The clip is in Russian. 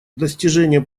достижение